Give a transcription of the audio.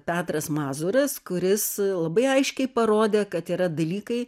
petras mazūras kuris labai aiškiai parodė kad yra dalykai